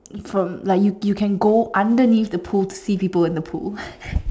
from like you you can go underneath the pool to see people in the pool